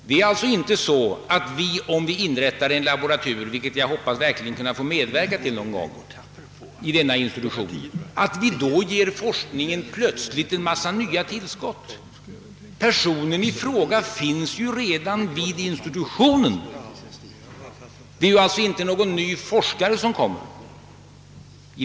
Det är inte så att vi genom inrättandet av denna laboratur — vilket jag verkligen hoppas få medverka till någon gång — plötsligt ger forskningen en mängd nya tillskott. Personen i fråga finns redan vid institutionen, och det är alltså inte någon ny forskare som skulle komma dit.